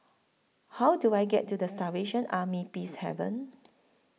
How Do I get to The Salvation Army Peacehaven